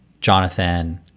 Jonathan